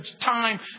time